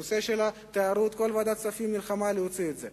נושא התיירות, כל ועדת הכספים נלחמה להוציא את זה.